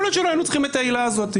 יכול להיות שלא היינו צריכים את העילה הזאת.